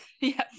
yes